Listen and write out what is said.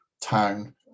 town